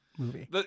movie